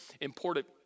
important